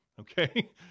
Okay